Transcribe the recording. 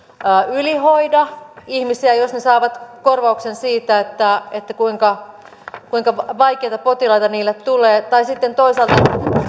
ylihoida ihmisiä jos ne saavat korvauksen siitä kuinka kuinka vaikeita potilaita niille tulee tai sitten toisaalta